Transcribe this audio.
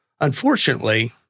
Unfortunately